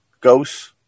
Ghosts